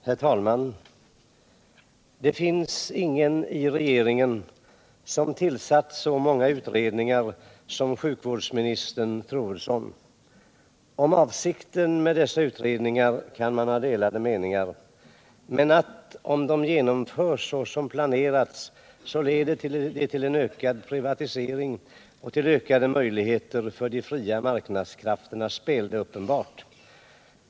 Herr talman! Det finns ingen i regeringen som tillsatt så många utredningar som sjukvårdsminister Troedsson. Om avsikten med dessa utredningar kan man ha delade uppfattningar, men om de genomförs så som planerats är det uppenbart att de leder till en ökad privatisering och till ökade möjligheter för de fria marknadskrafternas spel.